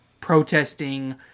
protesting